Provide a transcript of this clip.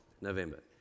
November